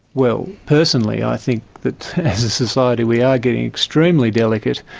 well, personally i think that as a society we are getting extremely delicate,